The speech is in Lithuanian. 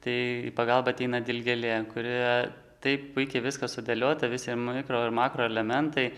tai į pagalbą ateina dilgėlė kurioje taip puikiai viskas sudėliota visi mikro ir makroelementai